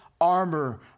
armor